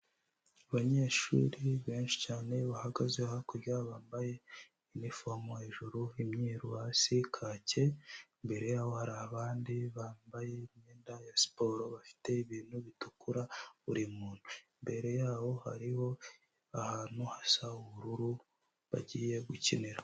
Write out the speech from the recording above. Abanyeshuri benshi cyane bahagaze hakurya bambaye iniforomo hejuru, imyeru hasi, kake, imbere yabo hari abandi bambaye imyenda ya siporo bafite ibintu bitukura buri muntu. Imbere yaho hariho ahantu hasa ubururu bagiye gukinira.